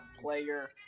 player